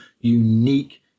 unique